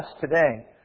today